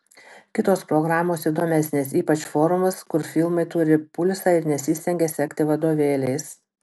kitos programos įdomesnės ypač forumas kur filmai turi pulsą ir nesistengia sekti vadovėliais